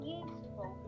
useful